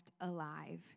alive